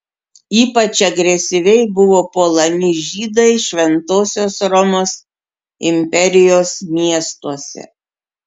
ypač agresyviai buvo puolami žydai šventosios romos imperijos miestuose